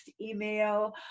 email